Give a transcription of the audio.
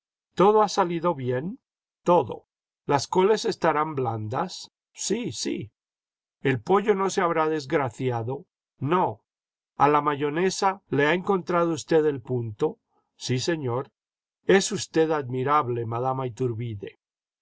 todo ha salido bien todo las coles estarán blandas sí sí el pollo no se habrá desgraciado no a la mayonesa le ha encontrado usted el punto sí señor jes usted admirable madama ithurbide